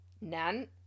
Nan